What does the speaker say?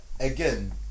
Again